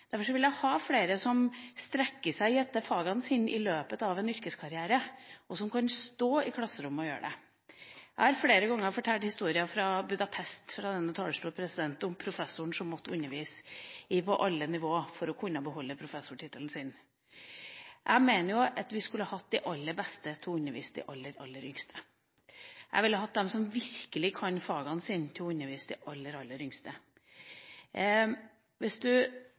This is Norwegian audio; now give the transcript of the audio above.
Derfor vil jeg ha flere som strekker seg etter fagene sine i løpet av en yrkeskarriere, og som kan stå i klasserommet og gjøre det. Jeg har flere ganger fortalt historier fra Budapest fra denne talerstolen om professoren som måtte undervise på alle nivå for å kunne beholde professortittelen sin. Jeg mener at vi skulle hatt de aller beste til å undervise de aller, aller yngste. Jeg ville hatt dem som virkelig kan fagene sine, til å undervise de aller, aller yngste. Hvis du